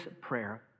prayer